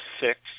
six